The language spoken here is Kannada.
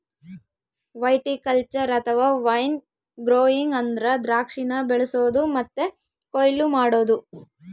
ವೈಟಿಕಲ್ಚರ್ ಅಥವಾ ವೈನ್ ಗ್ರೋಯಿಂಗ್ ಅಂದ್ರ ದ್ರಾಕ್ಷಿನ ಬೆಳಿಸೊದು ಮತ್ತೆ ಕೊಯ್ಲು ಮಾಡೊದು